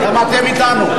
גם אתם אתנו.